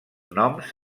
noms